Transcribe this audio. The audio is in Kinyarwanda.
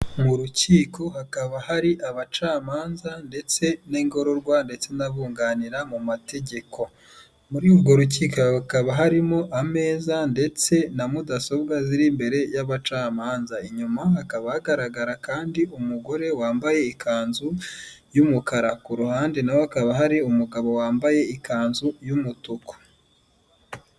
Mu rukiko hakaba hari abacamanza ndetse n'ingororwa ndetse n'abunganira mu mategeko. Muri urwo rukiko hakaba harimo ameza ndetse na mudasobwa ziri imbere y'abacamanza, inyuma hakaba hagaragara kandi umugore wambaye ikanzu y'umukara, ku ruhande nawe akaba hari umugabo wambaye ikanzu y'umutuku.